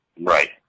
Right